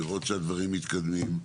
לראות שהדברים מתקדמים,